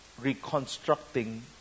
reconstructing